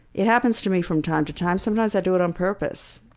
it happens to me from time to time. sometimes i do it on purpose.